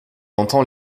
entend